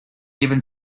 even